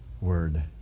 word